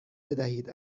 بدهید